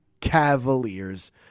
Cavaliers